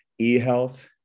eHealth